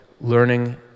learning